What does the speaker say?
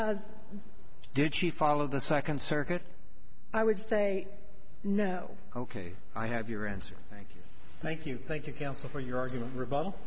no did she follow the second circuit i would say no ok i have your answer thank you thank you thank you counsel for your argument reb